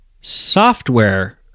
software